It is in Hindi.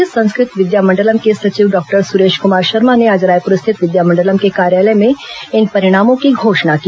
राज्य संस्कृत विद्यामंडलम् के सचिव डॉक्टर सुरेश कुमार शर्मा ने आज रायपुर स्थित विद्यामंडलम् के कार्यालय में इन परिणामों की घोषणा की